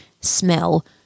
smell